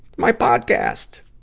my podcast!